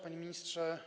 Panie Ministrze!